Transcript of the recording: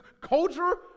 culture